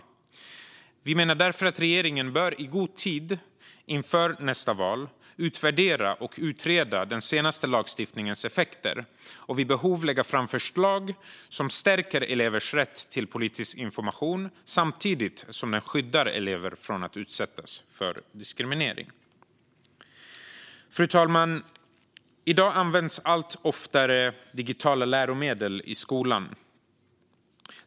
Vänsterpartiet tycker därför att regeringen i god tid före nästa val bör utvärdera och utreda den senaste lagstiftningens effekter och vid behov lägga fram förslag som stärker elevers rätt till politisk information och samtidigt skyddar elever från att utsättas för diskriminering. Fru talman! I dag används allt oftare digitala läromedel i skolan.